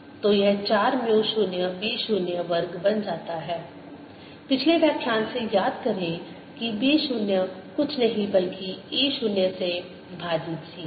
तो यह चार म्यू 0 b 0 वर्ग बन जाता है पिछले व्याख्यान से याद करें कि b 0 कुछ नहीं बल्कि e 0 से विभाजित c है